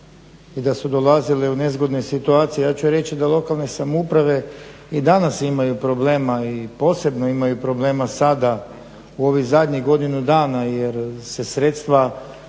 i da su dolazile u nezgodne situacije. Ja ću reći da lokalne samouprave i danas imaju problema i posebno imaju problema sada u ovih zadnjih godinu dana jer se sredstva